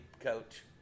coach